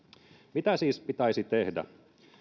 mitä siis pitäisi tehdä